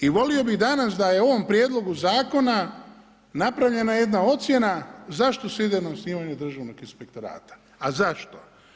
I volio bih danas da je u ovom prijedlogu zakona napravljena jedna ocjena zašto se ide na osnivanje državnog inspektorata, a zašto?